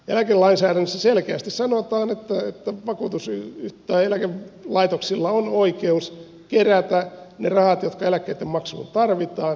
eläkelainsäädännössä selkeästi sanotaan että eläkelaitoksilla on oikeus kerätä ne rahat jotka eläkkeitten maksuun tarvitaan mutta ei yhtään enempää